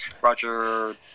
Roger